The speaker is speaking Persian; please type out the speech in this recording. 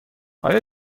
آیا